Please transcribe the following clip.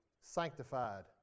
Sanctified